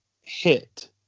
hit